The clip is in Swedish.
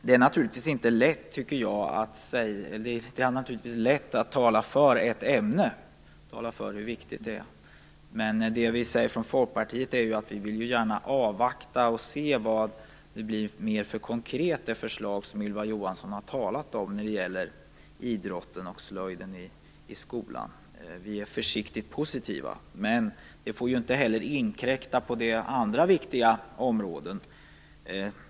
Det är naturligtvis lätt att tala om hur viktigt ett ämne är. Men från Folkpartiets sida säger vi att vi vill avvakta och se vad det blir för konkret resultat av det förslag som Ylva Johansson har talat om när det gäller idrotten och slöjden i skolan. Vi är försiktigt positiva, men detta får inte heller inkräkta på det andra viktiga området.